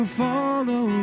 follow